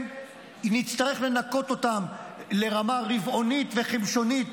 נצטרך לנכות אותם לרמה רבעונית וחמשונית